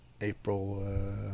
April